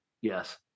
Yes